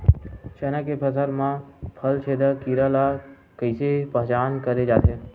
चना के फसल म फल छेदक कीरा ल कइसे पहचान करे जाथे?